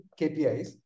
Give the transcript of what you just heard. KPIs